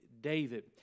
David